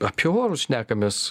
apie orus šnekamės